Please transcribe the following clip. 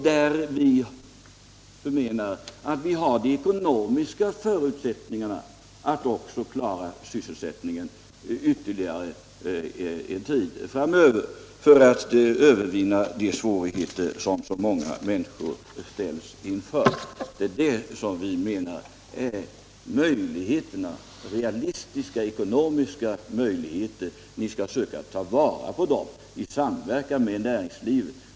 Vi menar att vi har de ekonomiska förutsättningarna att klara sysselsättningen ytterligare en tid framöver, för att övervinna de svårigheter som så många människor ställs inför. Det är realistiska ekonomiska möjligheter. Vi skall försöka ta vara på dem i samverkan med näringslivet.